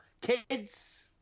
Kids